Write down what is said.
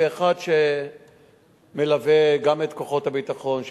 כאחד שמלווה את כוחות הביטחון,